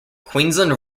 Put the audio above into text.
queensland